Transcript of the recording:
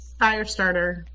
Firestarter